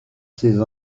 ces